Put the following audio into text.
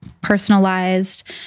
Personalized